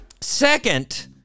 second